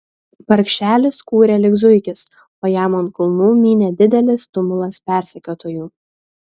vargšelis kūrė lyg zuikis o jam ant kulnų mynė didelis tumulas persekiotojų